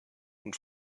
und